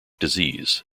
disease